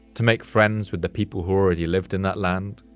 to make friends with the people who already lived in that land?